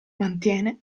mantiene